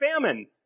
famine